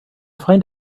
find